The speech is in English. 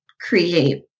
create